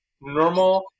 normal